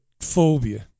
phobia